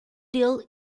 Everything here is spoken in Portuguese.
dele